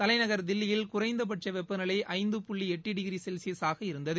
தலைநகா் தில்லியில் குறைந்தபட்சவெப்பநிலைஐந்து புள்ளிஎட்டுடிகிரிசெல்சியசாக இருந்தது